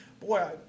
boy